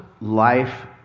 life